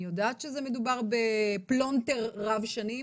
אני יודעת שמדובר בפלונטר רב שנים,